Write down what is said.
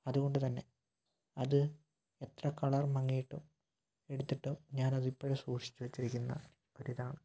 അതുകൊണ്ട് തന്നെ അത് എത്ര കളർ മങ്ങിയിട്ടും എടുത്തിട്ട് ഞാൻ അതിപ്പോഴും സൂക്ഷിച്ച് വെച്ചേക്കുന്ന ഒരിതാണ്